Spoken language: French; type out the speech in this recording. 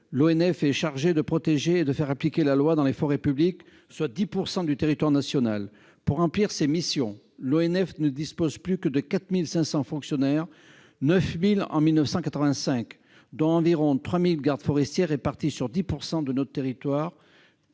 l'ONF est chargé de protéger et de faire appliquer la loi dans les forêts publiques, qui représentent 10 % du territoire national. Pour remplir ses missions, l'ONF ne dispose plus que de 4 500 fonctionnaires- contre 9 000 en 1985 -, dont environ 3 000 gardes forestiers, répartis sur 10 % de notre pays,